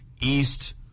East